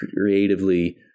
creatively